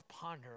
ponder